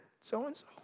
so-and-so